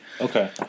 okay